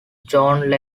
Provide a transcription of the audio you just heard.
john